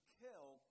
kill